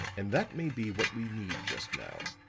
and that may be what we need just now.